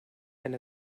and